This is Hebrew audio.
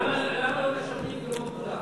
ישיבות ההסדר, למה לא משרתים כמו כולם?